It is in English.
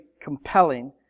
compelling